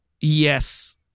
yes